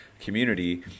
community